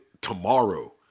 tomorrow